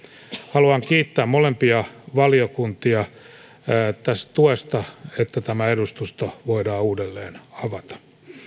haluan kiittää molempia valiokuntia siitä tuesta että tämä edustusto voidaan uudelleen avata